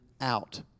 out